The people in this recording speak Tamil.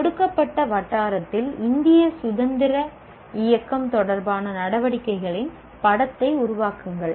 கொடுக்கப்பட்ட வட்டாரத்தில் இந்திய சுதந்திர இயக்கம் தொடர்பான நடவடிக்கைகளின் படத்தை உருவாக்குங்கள்